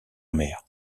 mer